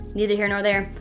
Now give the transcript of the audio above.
neither here nor there,